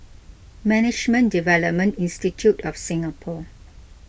Management Development Institute of Singapore